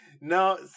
No